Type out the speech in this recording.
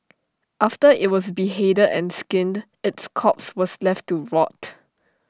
after IT was beheaded and skinned its corpse was left to rot